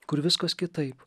kur viskas kitaip